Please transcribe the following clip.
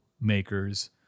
makers